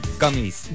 gummies